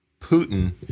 Putin